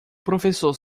professor